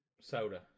soda